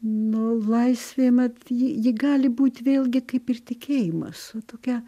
nu laisvė mat ji gali būt vėlgi kaip ir tikėjimas tokia